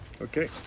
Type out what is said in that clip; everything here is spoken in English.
Okay